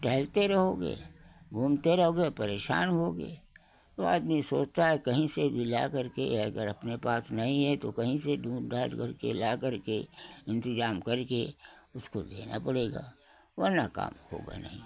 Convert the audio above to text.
टहलते रहोगे घूमते रहोगे औ परेशान होगे तो आदमी सोचता है कहीं से भी लाकर के अगर अपने पास नहीं है तो कहीं से ढूँढ ढाँढ़ करके लाकर के इंतजाम करके उसको देना पड़ेगा वरना काम होगा नहीं